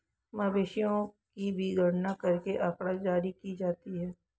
मवेशियों की भी गणना करके आँकड़ा जारी की जाती है